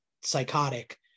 psychotic